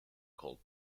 cold